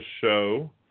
show